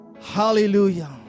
Hallelujah